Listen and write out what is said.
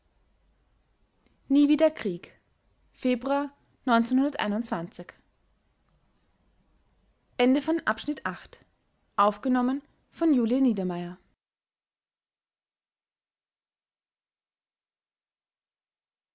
nie wieder krieg